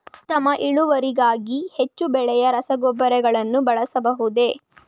ಉತ್ತಮ ಇಳುವರಿಗಾಗಿ ಹೆಚ್ಚು ಬೆಲೆಯ ರಸಗೊಬ್ಬರಗಳನ್ನು ಬಳಸಬಹುದೇ?